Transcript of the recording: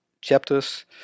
chapters